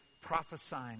prophesying